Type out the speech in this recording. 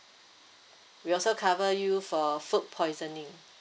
we also cover you for food poisoning